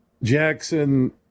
Jackson